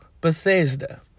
Bethesda